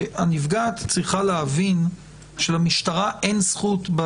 הנפגעת צריכה להבין שלמשטרה אין זכות,